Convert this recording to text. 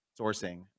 sourcing